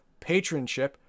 patronship